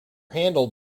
handled